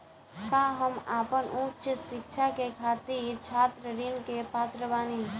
का हम आपन उच्च शिक्षा के खातिर छात्र ऋण के पात्र बानी?